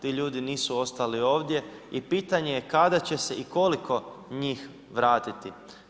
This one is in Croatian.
Ti ljudi nisu ostali ovdje i pitanje je kada će se i koliko njih vratiti.